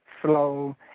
slow